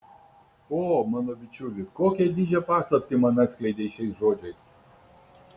o mano bičiuli kokią didžią paslaptį man atskleidei šiais žodžiais